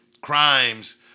crimes